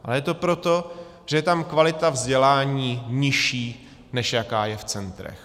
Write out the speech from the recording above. Je to proto, že je tam kvalita vzdělání nižší, než jaká je v centrech.